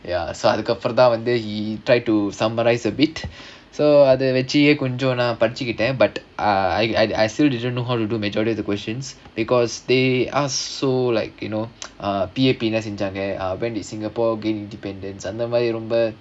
ya so அதுக்கப்புறம் தான் வந்து:adhukkappuram thaan vandhu he tried to summaride a bit so அது வச்சி கொஞ்சம் நான் படிச்சிகிட்டேன்:adha vachi konjam naan padichikittaen but I I still didn't know how to do majority of the questions because they are so like you know a P_A_P செஞ்சாங்க:senjaanga when singapore gained independence அந்த மாதிரி:andha maadhiri